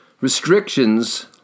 Restrictions